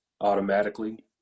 automatically